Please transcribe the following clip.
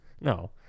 no